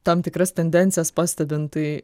tam tikras tendencijas pastebint tai